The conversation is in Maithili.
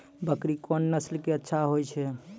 बकरी कोन नस्ल के अच्छा होय छै?